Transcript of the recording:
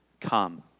Come